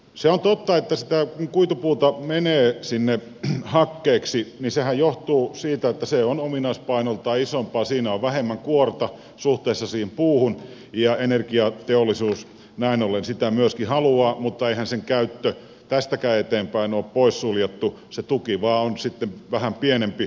se on totta että sitä kuitupuuta menee sinne hakkeeksi ja sehän johtuu siitä että se on ominaispainoltaan isompaa siinä on vähemmän kuorta suhteessa siihen puuhun ja energiateollisuus näin ollen sitä myöskin haluaa mutta eihän sen käyttö tästäkään eteenpäin ole poissuljettua se tuki vain on sitten vähän pienempi kuin tähän asti